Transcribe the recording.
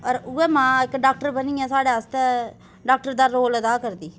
अगर उ'यै मां इक डाक्टर बनियै साढ़ै आस्तै डाक्टर दा रोल अदा करदी